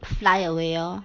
fly away lor